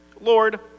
Lord